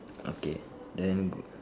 okay then